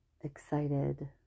excited